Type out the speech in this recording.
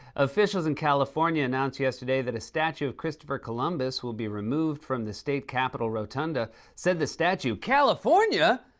officials in california announced yesterday that a statue of christopher columbus will be removed from the state capitol rotunda. said the statue, california!